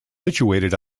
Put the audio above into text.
situated